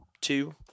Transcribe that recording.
two